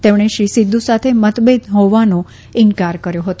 તેમણે શ્રી સિદ્ધ સાથે મતભેદ હોવાનો ઇન્કરા કર્યો હતો